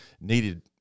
needed –